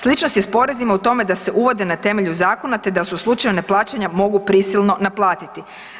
Sličnost je s porezima u tome da se uvode na temelju zakona te da se u slučaju neplaćanja mogu prisilno naplatiti.